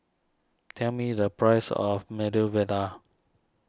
tell me the price of Medu Vada